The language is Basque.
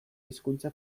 hizkuntza